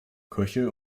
köche